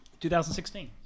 2016